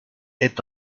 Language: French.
est